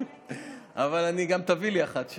אבל תביא גם לי אחת,